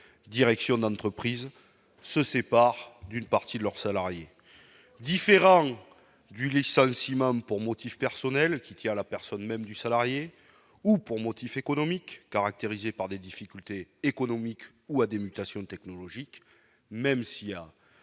directions d'entreprises se sépare d'une partie de leurs salariés, différent du licenciement pour motif personnel qui tient à la personne même du salarié ou pour motif économique, caractérisée par des difficultés économiques ou à des mutations technologiques, même s'il y a,